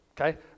Okay